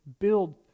build